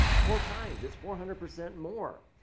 four times. it's four hundred percent more.